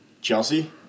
Chelsea